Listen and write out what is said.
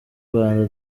rwanda